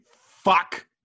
fuck